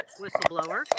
whistleblower